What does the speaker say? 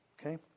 Okay